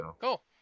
Cool